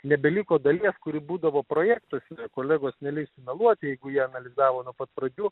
nebeliko dalies kuri būdavo projektuose kolegos neleis sumeluoti jeigu jie analizavo nuo pat pradžių